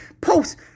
post